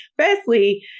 Firstly